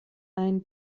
ein